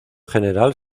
general